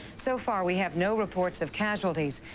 so far we have no reports of casualties.